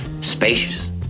Spacious